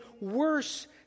worse